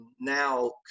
now